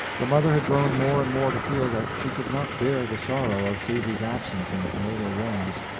the mother had grown more and more to feel that she could not bear the sorrow of susy's absence in the familiar rooms.